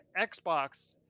Xbox